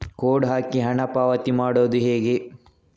Code ಹಾಕಿ ಹಣ ಪಾವತಿ ಮಾಡೋದು ಹೇಗೆ?